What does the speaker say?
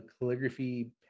calligraphy